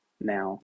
now